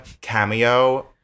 cameo